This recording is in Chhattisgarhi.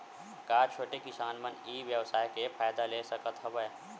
का छोटे किसान मन ई व्यवसाय के फ़ायदा ले सकत हवय?